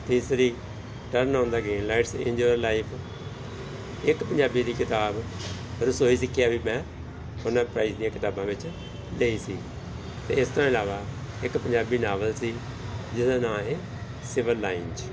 ਤੀਸਰੀ turn on the green lights in your life ਇੱਕ ਪੰਜਾਬੀ ਦੀ ਕਿਤਾਬ ਰਸੋਈ ਸਿੱਖਿਆ ਵੀ ਮੈਂ ਉਹਨਾਂ ਪ੍ਰਾਈਜ ਦੀਆਂ ਕਿਤਾਬਾਂ ਵਿੱਚ ਲਈ ਸੀ ਅਤੇ ਇਸ ਤੋਂ ਇਲਾਵਾ ਇੱਕ ਪੰਜਾਬੀ ਨਾਵਲ ਸੀ ਜਿਹਦਾ ਨਾਂ ਹੈ ਸਿਵਲ ਲਾਈਨਜ